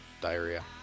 diarrhea